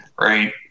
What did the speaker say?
right